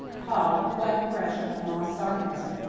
pa, quite crushed by ma's sarcasm,